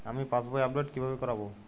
আমি passbook update কিভাবে করাব?